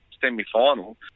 semi-final